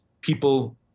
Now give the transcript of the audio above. people